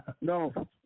No